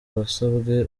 wasabwe